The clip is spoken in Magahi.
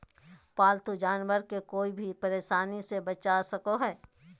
पालतू जानवर के कोय भी परेशानी से बचा सको हइ